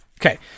Okay